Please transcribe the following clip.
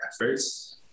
efforts